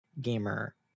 gamer